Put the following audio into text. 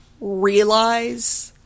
realize